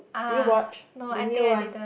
do you watch the new one